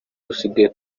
dusigaye